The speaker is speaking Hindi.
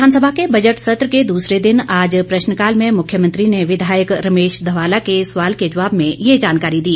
विधानसभा के बजट सत्र के दूसरे दिन आज प्रश्रकाल में मुख्यमंत्री ने विधायक रमेश ध्वाला के सवाल के जवाब में ये जानकारी दी